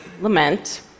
lament